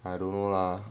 I don't know lah